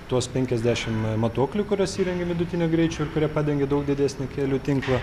tuos penkiasdešim matuoklių kuriuos įrengė vidutinio greičio ir kurie padengia daug didesnį kelių tinklą